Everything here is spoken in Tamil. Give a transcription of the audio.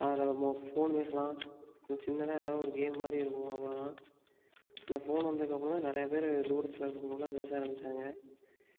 அதில் நம்ம ஃபோன் பேசலாம் சின்னதாக எதாவது ஒரு கேம் மாதிரி இருக்கும் அவ்வளோதான் அந்த ஃபோன் வந்ததுக்கப்புறம் தான் நிறைய பேர் தூரத்தில் இருக்கறவங்க கூடலாம் பேச ஆரம்பித்தாங்க